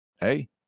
Hey